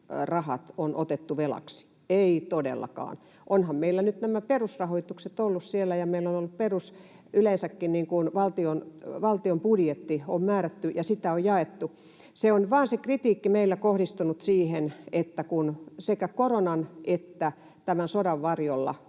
on otettu velaksi, ei todellakaan. Ovathan meillä nyt nämä perusrahoitukset olleet siellä ja meillä on ollut yleensäkin valtion budjetti määrätty, ja sitä on jaettu. Se kritiikki on meillä vain kohdistunut siihen, että sekä koronan että tämän sodan varjolla